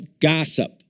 gossip